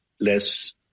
less